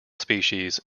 species